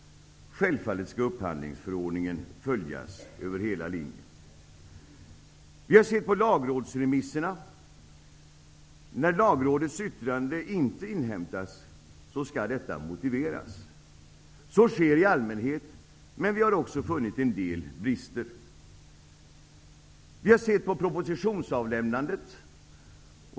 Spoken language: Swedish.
Självfallet skall upphandlingsförordningen följas över hela linjen. Vi har sett på lagrådsremisserna. När Lagrådets yttrande inte inhämtas skall detta motiveras. Så sker i allmänhet. Men vi har också funnit en del brister. Vi har sett på propositionsavlämnandet.